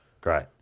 Great